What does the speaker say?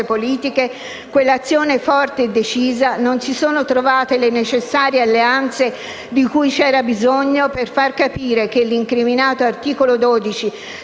politiche quell'azione forte e decisa, non si sono trovate le necessarie alleanze di cui c'era bisogno per far capire che l'incriminato articolo 12